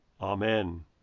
Amen